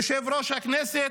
יושב-ראש הכנסת,